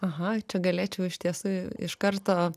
aha čia galėčiau iš tiesų iš karto